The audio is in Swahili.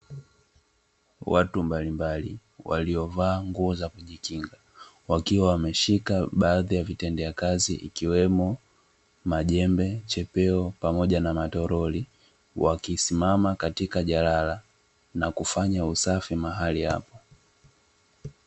Watu mbalimbali waliovaa nguo za kujikinga, wakiwa wameshika baadhi ya vitendea kazi, ikiwemo: majembe, chepeo pamoja na matoroli. Wakisimama katika jalala na kufanya usafi mahali hapo.